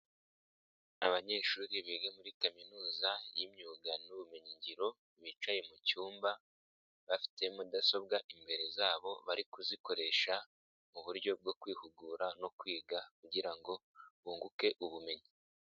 Abanyeshuri biga muri kaminuza y'imyuga n'ubumenyingiro bicaye mu cyumba, bafite mudasobwa imbere zabo bari kuzikoresha, mu buryo bwo kwihugura no kwiga ,kugira ngo bunguke ubumenyi.